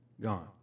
Gone